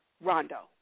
Rondo